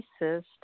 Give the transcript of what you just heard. racist